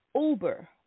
uber